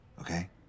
Okay